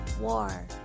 war